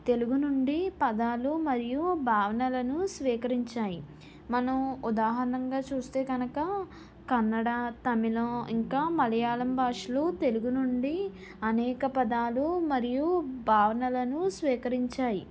తెలుగు నుండి పదాలు మరియు భావనలను స్వీకరించాయి మనం ఉదాహరణంగా చూస్తే కనక కన్నడ తమిళం ఇంకా మలయాళం భాషలు తెలుగు నుండి అనేక పదాలు మరియు భావనలను స్వీకరించాయి